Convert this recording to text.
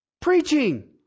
Preaching